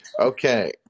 Okay